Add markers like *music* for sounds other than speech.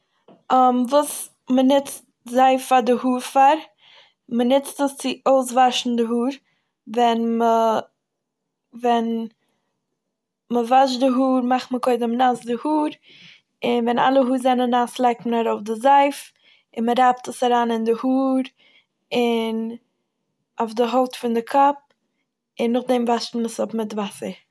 *hesitation* וואס מ'נוצט זייף פאר די האר פאר. מ'נוצט עס צו אויסוואשן די האר ווען מ'- ווען מ'וואשט די האר מאכט מען קודם נאס די האר, און ווען אלע האר זענען נאס לייגט מען ארויף די זייף, און מ'רייבט עס אריין אין די האר און אויף די הויט פון די קאפ, און נאכדעם וואשט מען עס אפ מיט וואסער.